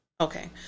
Okay